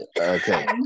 Okay